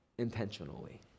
intentionally